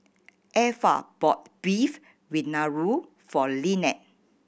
Effa bought Beef Vindaloo for Lynette